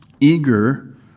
eager